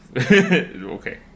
okay